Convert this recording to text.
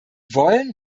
wollen